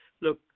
Look